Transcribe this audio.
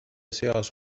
seas